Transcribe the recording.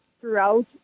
throughout